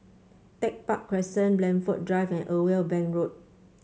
Tech Park Crescent Blandford Drive and Irwell Bank Road